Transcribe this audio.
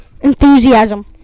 Enthusiasm